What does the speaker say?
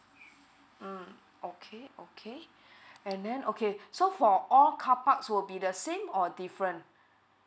mm okay okay and then okay so for all car parks would be the same or different